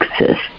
exist